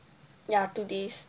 ya to this